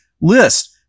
list